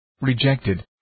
rejected